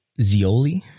Zioli